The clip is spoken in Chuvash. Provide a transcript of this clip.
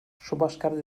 шупашкарти